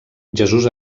jesús